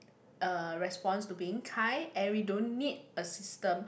uh response to being kind and we don't need a system